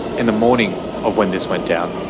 in the morning of when this went down.